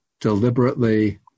deliberately